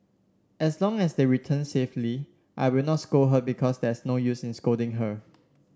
as long as they return safely I will not scold her because there's no use in scolding her